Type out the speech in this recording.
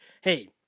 hey